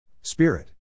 Spirit